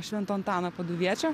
švento antano paduviečio